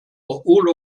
all